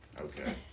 Okay